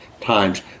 times